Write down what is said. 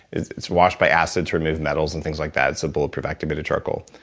it's it's washed by acids, remove metals and things like that. it's a bulletproof activated charcoal.